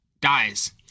dies